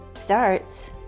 starts